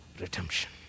redemption